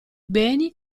beni